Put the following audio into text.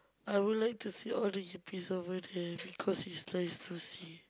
I would like to see all the earpiece over there because it's nice to see